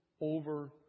over